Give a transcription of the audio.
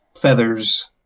feathers